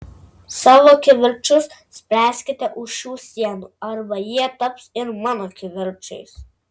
savo kivirčus spręskite už šių sienų arba jie taps ir mano kivirčais